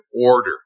order